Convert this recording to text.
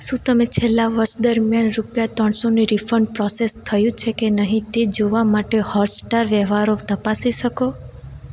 શું તમે છેલ્લા વર્ષ દરમિયાન રૂપિયા ત્રણસોની રીફંડ પ્રોસેસ થયું છે કે નહીં તે જોવા માટે હોટસ્ટાર વ્યવહારો તપાસી શકો